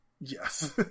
Yes